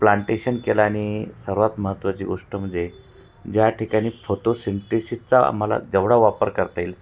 plantation केला आणि सर्वात महत्त्वाची गोष्ट म्हणजे ज्या ठिकाणी फोतोसिंटेसिसचा आम्हाला जेवढा वापर करता येईल